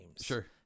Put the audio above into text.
sure